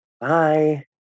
Bye